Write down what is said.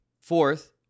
Fourth